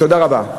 תודה רבה.